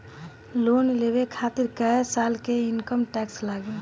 Loan लेवे खातिर कै साल के इनकम टैक्स लागी?